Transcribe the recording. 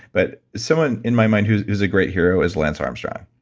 but someone in my mind who is a great hero is lance armstrong,